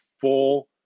full